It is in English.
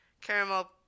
Caramel